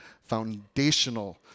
foundational